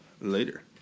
Later